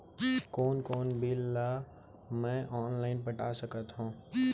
कोन कोन बिल ला मैं ऑनलाइन पटा सकत हव?